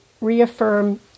reaffirm